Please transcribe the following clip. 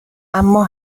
اما